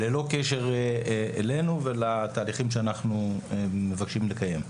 ללא קשר אלינו ולתהליכים שאנחנו מבקשים לקיים.